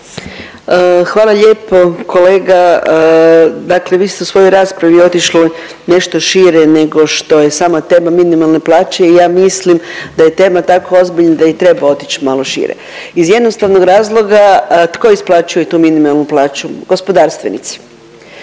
Hvala lijepo. Kolega, dakle vi ste u svojoj raspravi otišli nešto šire nego što je sama tema minimalne plaće i ja mislim da je tema tako ozbiljna da i treba otić malo šire iz jednostavnog razloga tko isplaćuje tu minimalnu plaću, gospodarstvenici.